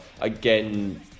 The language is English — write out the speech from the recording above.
Again